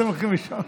אתם הולכים לישון.